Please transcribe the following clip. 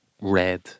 red